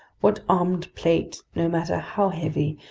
what armor plate, no matter how heavy,